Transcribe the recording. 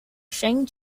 shang